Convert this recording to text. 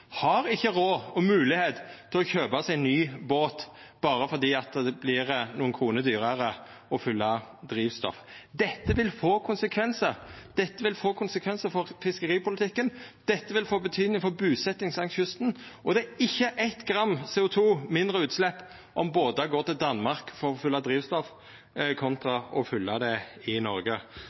har ikkje råd og moglegheit til å kjøpa seg ny båt berre fordi det vert nokre kroner dyrare å fylla drivstoff. Dette vil få konsekvensar. Dette vil få konsekvensar for fiskeripolitikken. Dette vil få betydning for busettinga langs kysten. Og det vert ikkje eitt gram mindre CO 2 -utslepp om båtar går til Danmark for å fylla drivstoff kontra å fylla det i Noreg.